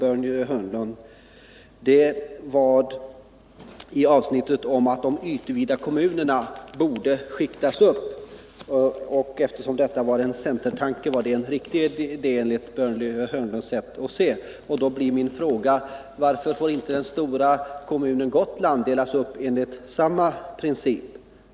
Börje Hörnlund menade att de ytvida kommunerna borde skiktas upp; eftersom det var en centertanke var det en riktig idé enligt hans sätt att se. Då blir min fråga: Varför får inte den stora kommunen Gotland delas upp enligt samma princip?